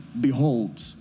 behold